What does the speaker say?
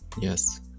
yes